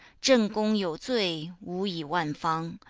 zhen gong you zui, wu yi wan fang,